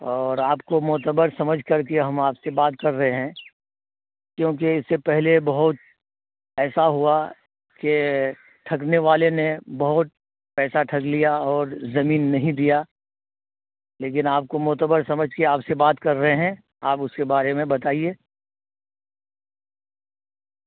اور آپ کو معتبر سمجھ کر کے ہم آپ سے بات کر رہے ہیں کیونکہ اس سے پہلے بہت ایسا ہوا کہ ٹھگنے والے نے بہت پیسہ ٹھگ لیا اور زمین نہیں دیا لیکن آپ کو معتبر سمجھ کے آپ سے بات کر رہے ہیں آپ اس کے بارے میں بتائیے